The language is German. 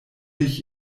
ich